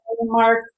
mark